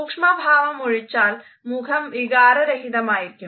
സൂക്ഷ്മ ഭാവമൊഴിച്ചാൽ മുഖം വികാരരഹിതമായിരിക്കും